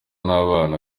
n’abana